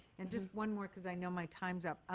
and just one more because i know my time is up.